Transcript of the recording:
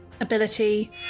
ability